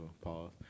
pause